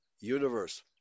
universe